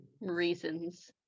Reasons